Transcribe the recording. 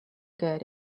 get